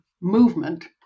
movement